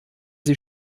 sie